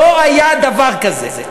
לא היה דבר כזה.